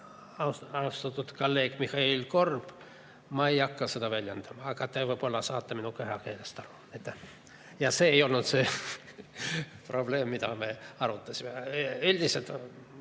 austatud kolleeg Mihhail Korb? Ma ei hakka seda väljendama, aga te võib‑olla saate minu kehakeelest aru. Ja see ei olnud see probleem, mida me arutasime. Üldiselt